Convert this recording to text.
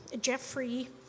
Jeffrey